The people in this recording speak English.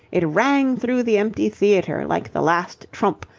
it rang through the empty theatre like the last trump,